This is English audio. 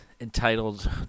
entitled